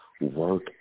Work